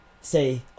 say